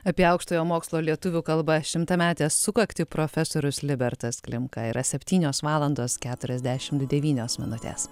apie aukštojo mokslo lietuvių kalba šimtametę sukaktį profesorius libertas klimka yra septynios valandos keturiasdešimt devynios minutės